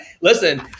listen